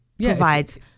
Provides